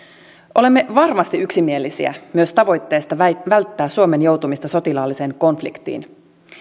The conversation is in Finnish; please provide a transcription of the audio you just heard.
olemme varmasti yksimielisiä myös tavoitteesta välttää suomen joutumista sotilaalliseen konfliktiin